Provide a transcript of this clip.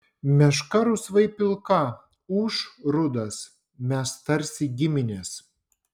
meška rusvai pilka ūš rudas mes tarsi giminės